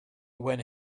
when